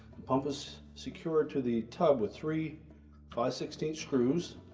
the pump is secured to the tub with three five sixteen screws,